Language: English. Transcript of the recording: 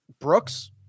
Brooks